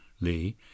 Lee